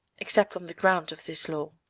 except on the ground of this law.